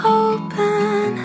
open